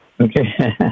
okay